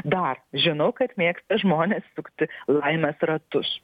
dar žinau kad mėgsta žmonės sukti laimės ratus